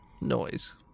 noise